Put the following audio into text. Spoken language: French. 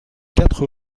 quatre